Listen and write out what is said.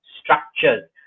structures